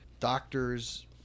Doctors